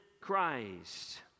Christ